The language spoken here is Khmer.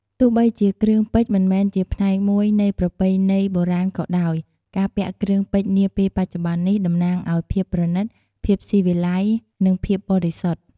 ទោះបីជាគ្រឿងពេជ្រមិនមែនជាផ្នែកមួយនៃប្រពៃណីបុរាណក៏ដោយ ការពាក់គ្រឿងពេជ្រនាពេលបច្ចុប្បន្ននេះ តំណាងឱ្យ ភាពប្រណីត ភាពស៊ីវិល័យ និងភាពបរិសុទ្ធ។